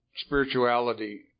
spirituality